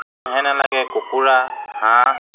আনহে নেলাগে কুকুৰা হাঁহ